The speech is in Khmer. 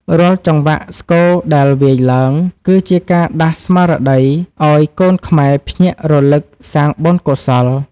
រាល់ចង្វាក់ស្គរដែលវាយឡើង គឺជាការដាស់ស្មារតីឱ្យកូនខ្មែរភ្ញាក់រលឹកសាងបុណ្យកុសល។